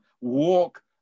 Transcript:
walk